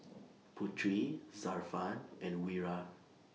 Putri Zafran and Wira